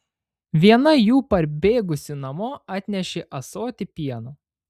viena jų parbėgusi namo atnešė ąsotį pieno